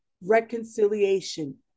reconciliation